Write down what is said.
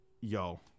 Yo